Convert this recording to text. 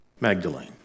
Magdalene